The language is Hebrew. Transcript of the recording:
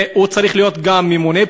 והוא צריך להיות ממונה בטיחות,